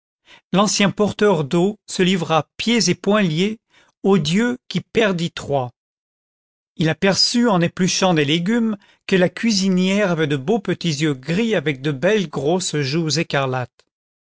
l'ancien porteur d'eau se livra pieds et poings liés au dieu qui perdit troie il s'aperçut en épluchant des légumes que la cuisinière avait de beaux petits yeux gris avec de belles grosses joués écarlates